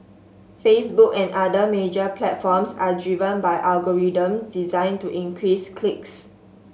Facebook and other major platforms are driven by algorithms designed to increase clicks